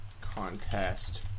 contest